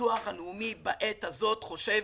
הביטוח הלאומי בעת הזאת חושב,